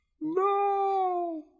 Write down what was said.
No